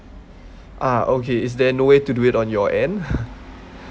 ah okay is there no way to do it on your end